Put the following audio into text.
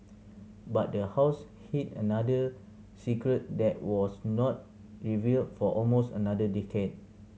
but the house hid another secret that was not revealed for almost another decade